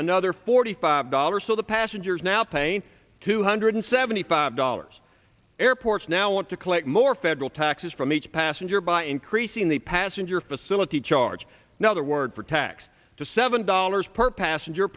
another forty five dollars so the passengers now paying two hundred seventy five dollars airports now want to collect more federal taxes from each passenger by increasing the passenger facility charge another word for text to seven dollars per passenger